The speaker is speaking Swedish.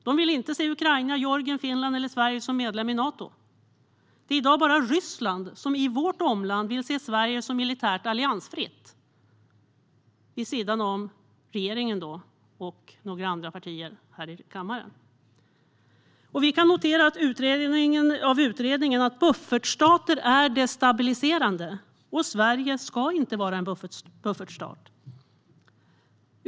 Det vill inte se Ukraina, Georgien, Finland eller Sverige som medlemmar i Nato. I dag är det bara Ryssland som i vårt omland vill se Sverige som militärt alliansfritt - vid sidan om regeringen och några andra partier här i kammaren. Vi kan notera av utredningen att buffertstater är destabiliserande, och Sverige ska inte vara en buffertstat.